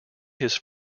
his